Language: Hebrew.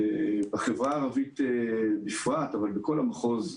בחברה הערבית בפרט אבל בכל המחוז,